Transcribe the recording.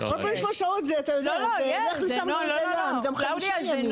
48 שעות זה, אתה יודע, גם חמישה ימים.